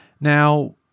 Now